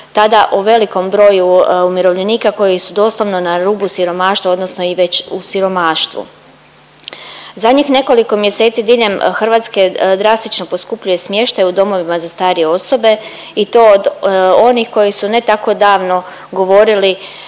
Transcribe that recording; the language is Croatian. tada o velikom broju umirovljenika koji su doslovno na rubu siromaštva odnosno i već u siromaštvu. Zadnjih nekoliko mjeseci diljem Hrvatske drastično poskupljuje smještaj u domovima za starije osobe i to od onih koji su ne tako davno govorili